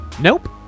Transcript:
Nope